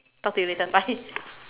talk to you later bye